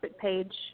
page